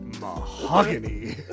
Mahogany